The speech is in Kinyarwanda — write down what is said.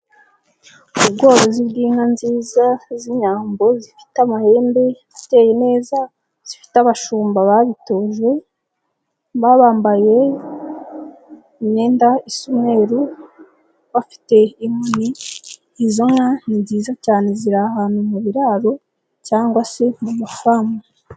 Ubworozi bw'inka nziza z'inyambo zifite amahembe ateye neza, zifite abashumba babitojwe, baba bambaye imyenda isa umweru, bafite inkoni, izo nka ni nziza cyane ziri ahantu mu biraro cyangwa se mu mafamu.